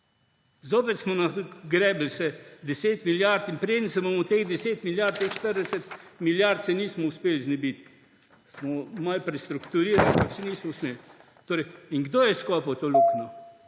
Zopet smo nagrebli 10 milijard in preden se bomo teh 10 milijard, teh 40 milijard se nismo uspeli znebiti, smo malo prestrukturirali, pa še nismo se. Torej, in kdo je skopal to luknjo?